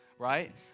Right